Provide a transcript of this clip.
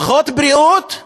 פחות בריאות,